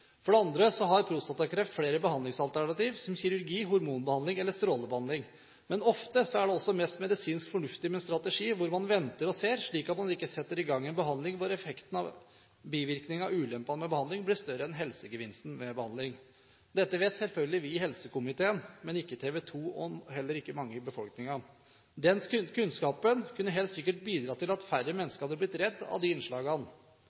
For det andre har prostatakreft flere behandlingsalternativer, som kirurgi, hormonbehandling eller strålebehandling. Men ofte er det også medisinsk mest fornuftig med en strategi hvor man venter og ser, slik at man ikke setter i gang en behandling hvor effekten av bivirkningene og ulempene ved behandling blir større enn helsegevinsten ved behandling. Dette vet selvfølgelig vi i helsekomiteen, men ikke TV 2 og heller ikke mange i befolkningen. Den kunnskapen kunne helt sikkert ha bidratt til at færre mennesker hadde blitt redde av de innslagene.